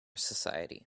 society